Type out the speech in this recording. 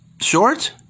short